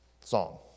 Song